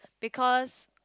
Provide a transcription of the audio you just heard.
because